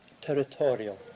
territorial